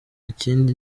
ikindi